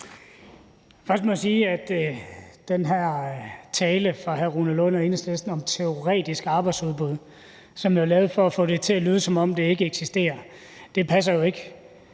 Først må jeg sige, at den her tale fra hr. Rune Lund og Enhedslisten om teoretisk arbejdsudbud jo er lavet for at få det til at lyde, som om det ikke eksisterer. Det passer jo ikke.